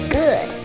good